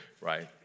Right